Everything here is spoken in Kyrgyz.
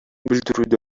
билдирүүдө